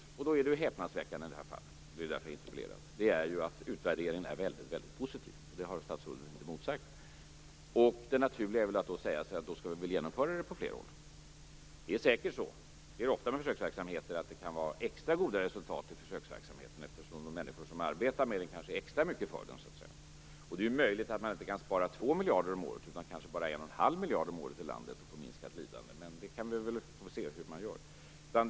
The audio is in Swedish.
Men det här fallet är häpnadsväckande - det är därför jag har interpellerat - eftersom utvärderingen är väldigt positiv, något som statsrådet inte har emotsagt. Det naturliga är väl att då säga att man skall genomföra detta på flera håll. Det är säkert så - det är det ofta med försöksverksamheter - att det är extra goda resultat i försöksverksamheten eftersom de människor som arbetar med den kanske är extra mycket för den. Det är också möjligt att man inte kan spara 2 miljarder kronor om året utan kanske bara 1 1⁄2 miljard kronor om året i landet och få minskat lidande, men vi kan väl se hur det blir.